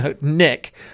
Nick